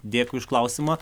dėkui už klausimą